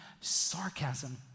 sarcasm